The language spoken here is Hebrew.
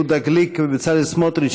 יהודה גליק ובצלאל סמוטריץ,